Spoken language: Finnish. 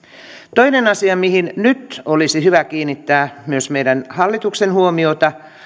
toinen asia mihin nyt olisi hyvä kiinnittää myös meidän hallituksen huomiota